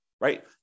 right